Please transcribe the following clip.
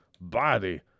body